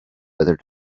better